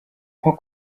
nko